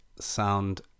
sound